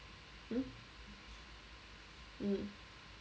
hmm mm